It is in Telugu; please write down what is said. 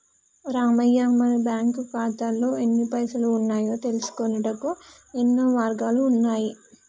రామయ్య మన బ్యాంకు ఖాతాల్లో ఎన్ని పైసలు ఉన్నాయో తెలుసుకొనుటకు యెన్నో మార్గాలు ఉన్నాయి